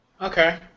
Okay